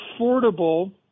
affordable